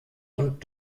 und